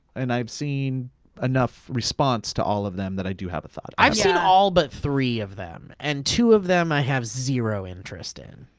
and i've seen enough response to all of them that i do have a thought. i've seen all but three of them, and two of them i have zero interest in.